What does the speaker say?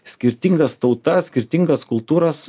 skirtingas tautas skirtingas kultūras